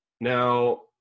now